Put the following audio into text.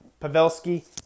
Pavelski